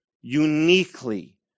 uniquely